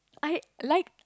I like